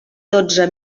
dotze